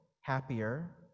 happier